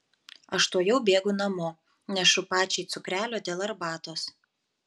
aš tuojau bėgu namo nešu pačiai cukrelio dėl arbatos